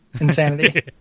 Insanity